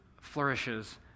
flourishes